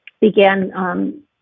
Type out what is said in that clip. began